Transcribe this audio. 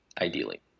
ideally